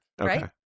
Right